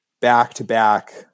back-to-back